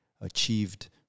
achieved